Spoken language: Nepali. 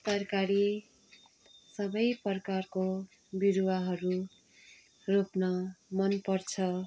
तरकारी सबै प्रकारको बिरुवाहरू रोप्न मनपर्छ